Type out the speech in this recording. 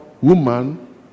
woman